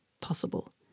possible